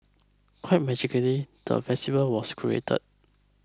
quite magically the festival was created